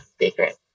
secret